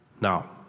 Now